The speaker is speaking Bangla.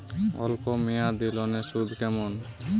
অল্প মেয়াদি লোনের সুদ কেমন?